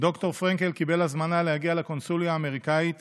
ד"ר פרנקל קיבל הזמנה להגיע לקונסוליה האמריקאית